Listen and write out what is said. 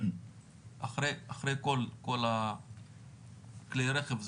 אחרי כל הכלי רכב,